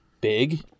big